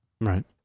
Right